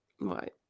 Right